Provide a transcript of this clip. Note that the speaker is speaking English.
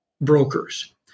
brokers